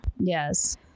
yes